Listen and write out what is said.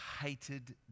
hated